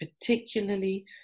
particularly